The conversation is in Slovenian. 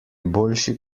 boljši